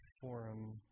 forum